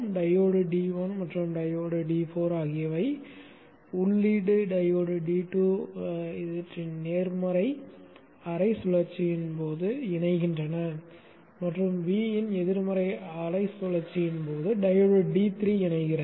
diode D1 மற்றும் diode D4 ஆகியவை உள்ளீட்டு டையோடு D2 இன் நேர்மறை அரை சுழற்சியின் போது இணைகின்றன மற்றும் Vin எதிர்மறை அரை சுழற்சியின் போது டையோடு D3 இணைகிறது